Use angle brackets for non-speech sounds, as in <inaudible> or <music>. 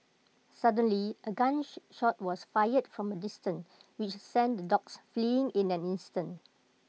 suddenly A gun <noise> shot was fired from A distance which sent the dogs fleeing in an instant